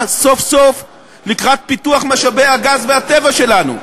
סוף-סוף לקראת פיתוח משאבי הגז והטבע שלנו.